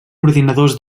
ordinadors